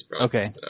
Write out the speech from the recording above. Okay